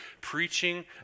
preaching